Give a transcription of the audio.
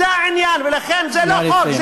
זה העניין, ולכן זה לא חוק, נא לסיים.